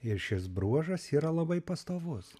ir šis bruožas yra labai pastovus